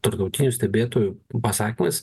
tarptautinių stebėtojų pasakymais